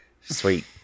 sweet